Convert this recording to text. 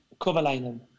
Kovalainen